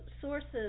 sources